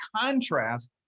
contrast